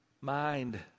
mind